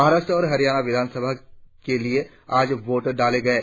महाराष्ट्र और हरियाणा विधानसभा के लिए आज वोट डाले गये